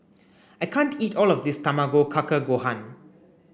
I can't eat all of this Tamago kake gohan